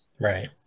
Right